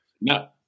No